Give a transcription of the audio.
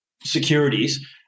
securities